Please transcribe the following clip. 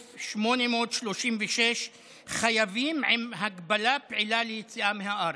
248,836 חייבים עם הגבלה פעילה ליציאה מהארץ,